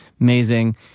Amazing